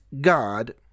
God